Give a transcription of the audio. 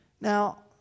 Now